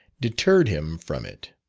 deterred him from it.